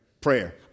Prayer